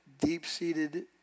deep-seated